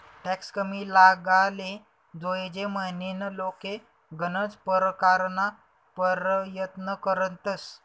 tax कमी लागाले जोयजे म्हनीन लोके गनज परकारना परयत्न करतंस